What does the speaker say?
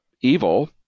evil